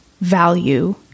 value